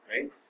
right